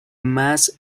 mass